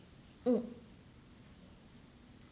mm